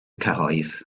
cyhoedd